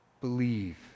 Believe